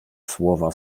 słowa